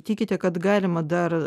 tikite kad galima dar